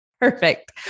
perfect